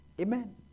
Amen